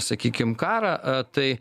sakykim karą a tai